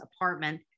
apartment